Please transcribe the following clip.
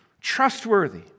trustworthy